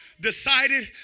decided